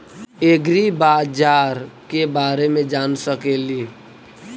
ऐग्रिबाजार के बारे मे जान सकेली?